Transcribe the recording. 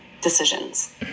decisions